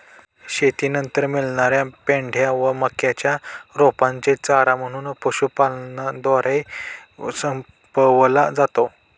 शेतीनंतर मिळणार्या पेंढ्या व मक्याच्या रोपांचे चारा म्हणून पशुपालनद्वारे संपवला जातो